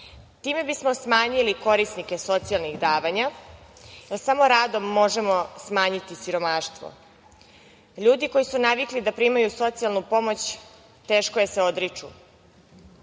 Time bismo smanjili korisnike socijalnih davanja. Samo radom možemo smanjiti siromaštvo. Ljudi koji su navikli da primaju socijalnu pomoć teško je se odriču.